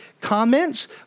comments